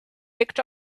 picked